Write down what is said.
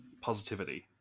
positivity